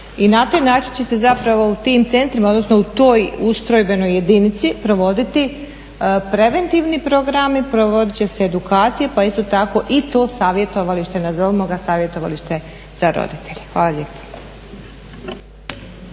i na taj način će se zapravo u tim centrima, odnosno u toj ustrojbenoj jedinici provoditi preventivni programi, provodit će se edukacija pa isto tako i to savjetovalište, nazovimo ga savjetovalište za roditelje. Hvala lijepo.